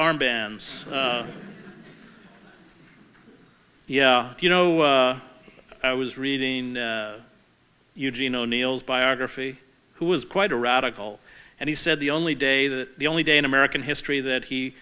armbands yeah you know i was reading eugene o'neill's biography who was quite a radical and he said the only day that the only day in american history that he